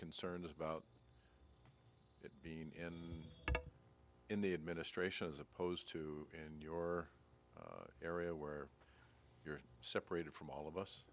concerns about it being in in the administration as opposed to in your area where you're separated from all of us